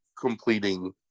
completing